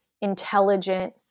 intelligent